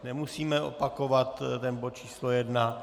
Nemusíme opakovat bod číslo 1.